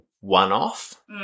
one-off